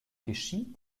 geschieht